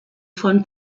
von